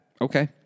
Okay